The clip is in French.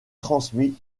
transmis